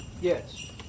Yes